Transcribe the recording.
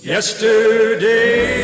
Yesterday